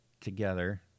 together